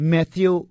Matthew